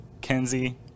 Kenzie